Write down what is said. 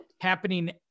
happening